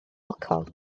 alcohol